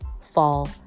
fall